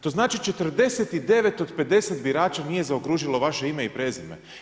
To označi 49 od 50 birača nije zaokružilo vaše ime i prezime.